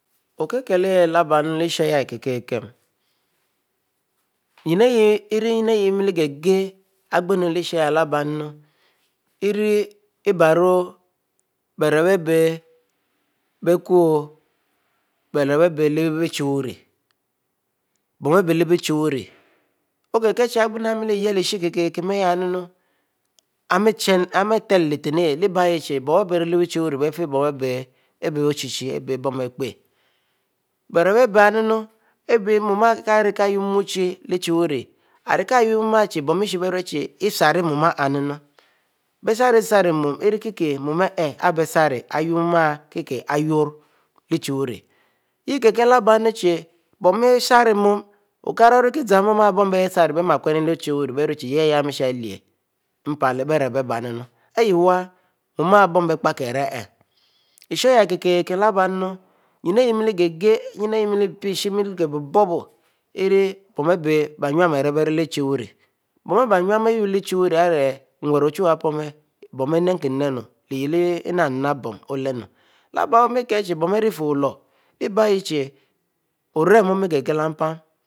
Okie kile lyieshnu ikire kinn, enui ayah imieh gbehgbieh, igbenu, iri ibiero abie leh-ichie wuiri bon abieleh che wuri, bon abie leh bechie-wuri beieh bie bieh leh agben-nue ohieh mieleyle-l ishaki nne amietelo leh arieh lehbie ayehhehie, bn arieh bie rile chie buri, bie ochie abiebon beieh pie, bierepe. abiehnnu abieh mu arieh kieh ayumuro muchie kieh yurri leh ichieure arikieh yurro mu chiee bon bieure che mu arieh isarieh saro, isaromu arikie mu arikieh mu ariwuleh chie wurie ikielehkieh chie bon bie saro sarmu, ikie kiehlee okara orizam mu aribie-rue leh chie zam mu aribiesari bie miel chunuie leh ichie wuri npale-bie rap abieh nuen mu aribiekikieh ari ishayaikin-kin yinne iyahmeileh gbhghieh, yinne ayeh ishieh miel gheieh bobuehbub bon aribie beynue arieh leh chieuu ure, nwure ochuwue aponieh. bon bienekin nnue, epe-enpe ole lumu, leh baieh chie oremi o'mieh gheiehgheieh leh-mpan